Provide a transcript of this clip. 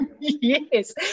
yes